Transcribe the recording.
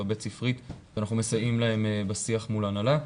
הבית ספרית ואנחנו מסייעים להם בשיח מול ההנהלה.